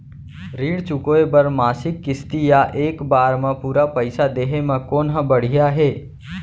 ऋण चुकोय बर मासिक किस्ती या एक बार म पूरा पइसा देहे म कोन ह बढ़िया हे?